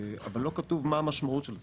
אבל לא כתוב מה המשמעות של זה?